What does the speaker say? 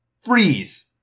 Freeze